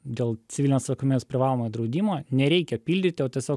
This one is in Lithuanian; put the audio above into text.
dėl civilinės atsakomybės privalomojo draudimo nereikia pildyti o tiesiog